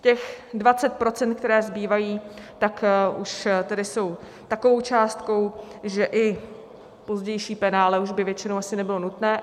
Těch 20 %, která zbývají, tak už tedy jsou takovou částkou, že i pozdější penále už by většinou asi nebylo nutné.